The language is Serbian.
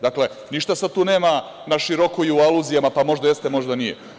Dakle, ništa sad tu nema na široko i u aluzijama, pa možda jeste, možda nije.